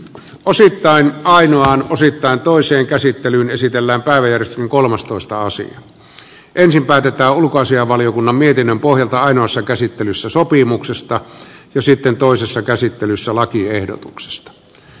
osittain ainoan osittain toiseen käsittelyyn esitellään päivien kolmastoista osin ensin päätetään ulkoasiainvaliokunnan mietinnön pohjalta ainoassa käsittelyssä sopimuksesta ja sitten toisessa käsittelyssä lakiehdotuksessa